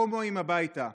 הומואים, הביתה.